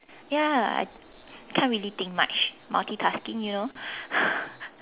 ya can't really think much multi tasking you know